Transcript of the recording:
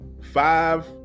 five